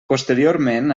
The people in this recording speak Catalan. posteriorment